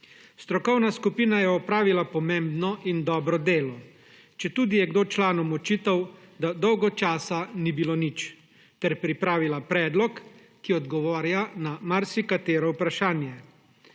Strokovna komisija je opravila pomembno in dobro delo, četudi je kdo članom očital, da dolgo časa ni bilo nič, ter pripravila predlog, ki odgovarja na marsikatero vprašanje.